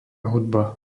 hudba